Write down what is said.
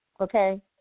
Okay